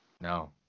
No